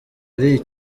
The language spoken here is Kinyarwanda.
ari